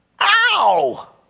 ow